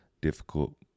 difficult